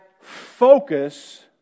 focus